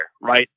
right